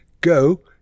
Go